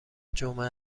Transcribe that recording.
جمعه